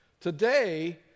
today